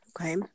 Okay